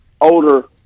older